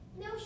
No